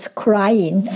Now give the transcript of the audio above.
crying